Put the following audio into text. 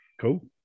cool